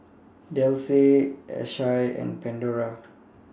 Delsey Asahi and Pandora